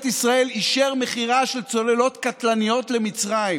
ישראל אישר מכירה של צוללות קטלניות למצרים